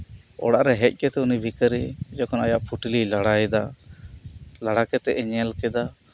ᱚᱲᱟᱜ ᱨᱮ ᱦᱮᱡ ᱠᱟᱛᱮᱜ ᱩᱱᱤ ᱵᱷᱤᱠᱟᱨᱤ ᱡᱚᱠᱷᱚᱱ ᱟᱭᱟᱜ ᱯᱩᱴᱞᱤᱭ ᱞᱟᱲᱟᱭᱮᱫᱟ ᱞᱟᱲᱟ ᱠᱮᱛᱮᱜ ᱮ ᱧᱮᱞ ᱠᱮᱫᱟ